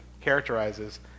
characterizes